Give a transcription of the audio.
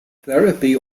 therapy